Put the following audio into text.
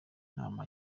inama